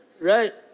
right